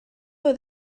oedd